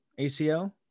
ACL